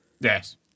Yes